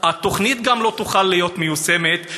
התוכנית לא תוכל להיות מיושמת.